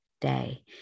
day